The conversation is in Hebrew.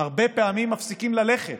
הרבה פעמים מפסיקים ללכת.